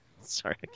Sorry